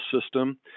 System